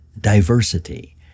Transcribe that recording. diversity